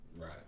Right